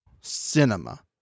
cinema